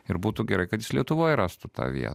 ir būtų gerai kad jis lietuvoj rastų tą vietą